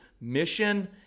mission